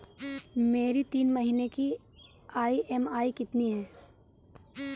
मेरी तीन महीने की ईएमआई कितनी है?